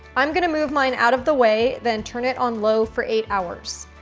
i'm going to move mine out of the way, then turn it on low for eight hours.